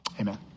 Amen